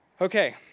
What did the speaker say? Okay